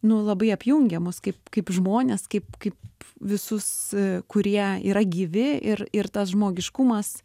nu labai apjungia mus kaip kaip žmones kaip kaip visus kurie yra gyvi ir ir tas žmogiškumas